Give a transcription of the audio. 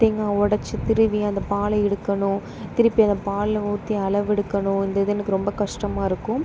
தேங்காய் உடச்சு திருவி அந்த பாலை எடுக்கணும் திருப்பி அந்த பாலில் ஊற்றி அளவெடுக்கணும் இந்த இது எனக்கு ரொம்ப கஷ்டமாயிருக்கும்